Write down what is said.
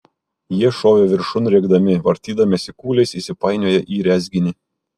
jie šovė viršun rėkdami vartydamiesi kūliais įsipainioję į rezginį